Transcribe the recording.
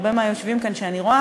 הרבה מהיושבים כאן שאני רואה,